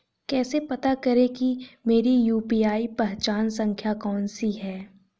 कैसे पता करें कि मेरी यू.पी.आई पहचान संख्या कौनसी है?